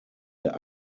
der